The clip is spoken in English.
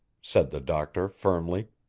said the doctor firmly.